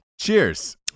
Cheers